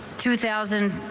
two thousand.